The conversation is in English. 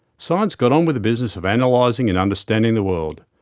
science got on with the business of analysing and understanding the world,